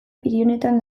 pirinioetan